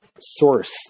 source